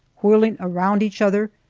whirling around each other,